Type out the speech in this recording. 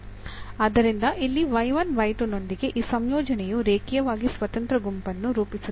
ಆದ್ದರಿಂದ ಇಲ್ಲಿ ನೊಂದಿಗೆ ಈ ಸಂಯೋಜನೆಯು ರೇಖೀಯವಾಗಿ ಸ್ವತಂತ್ರ ಗುಂಪನ್ನು ರೂಪಿಸುತ್ತದೆ